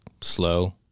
slow